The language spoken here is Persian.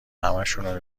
همشونو